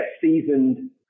seasoned